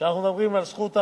כשאנחנו מדברים על זכות,